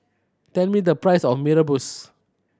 tell me the price of Mee Rebus